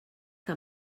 que